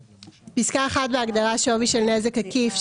פסקה (1) בהגדרה "שווי של נזק עקיף",